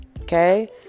okay